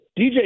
DJ